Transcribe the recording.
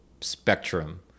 spectrum